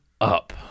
up